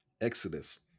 Exodus